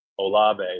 Olave